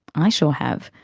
i sure have.